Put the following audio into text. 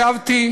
ישבתי